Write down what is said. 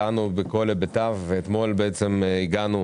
דנו בכל היבטיו ואתמול הגענו